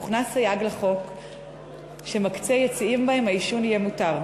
הוכנס סייג לחוק שמקצה יציעים שבהם העישון יהיה מותר.